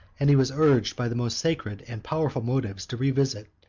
and he was urged by the most sacred and powerful motives to revisit,